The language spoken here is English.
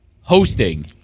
hosting